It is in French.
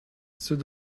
ceux